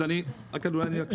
אני רק אשלים.